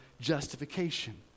justification